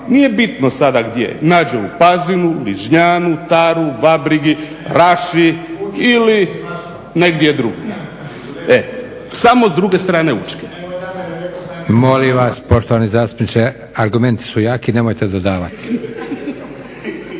nije bitno sada gdje, nađe u Pazinu, u Ližnjanu, Taru-Vabrigi, Raši ili negdje drugdje. Samo s druge strane Učke. **Leko, Josip (SDP)** Molim vas, poštovani zastupniče, argumenti su jaki, nemojte dodavati.